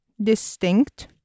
distinct